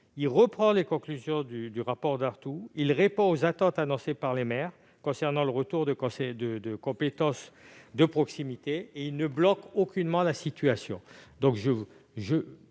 reprend les conclusions du rapport Dartout. Il répond aux attentes des maires concernant le retour de compétences de proximité et il ne bloque aucunement la situation.